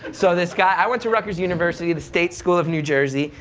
so this guy, i went to rutgers university, the state school of new jersey,